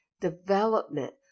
development